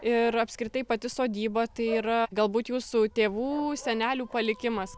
ir apskritai pati sodyba tai yra galbūt jūsų tėvų senelių palikimas